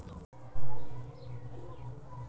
रमेशच्या घराची भविष्यातील किंमत काय आहे?